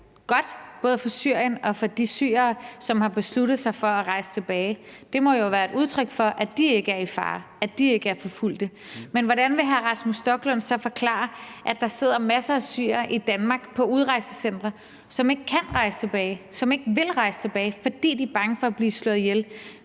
både for Syrien og for de syrere, som har besluttet sig for at rejse tilbage. Det må jo være et udtryk for, at de ikke er i fare, at de ikke er forfulgte. Men hvordan vil hr. Rasmus Stoklund så forklare, at der sidder masser af syrere i Danmark på udrejsecentre, som ikke kan rejse tilbage, som ikke vil rejse tilbage, fordi de er bange for at blive slået ihjel?